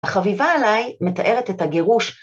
החביבה עלי מתארת את הגירוש.